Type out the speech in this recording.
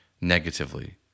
negatively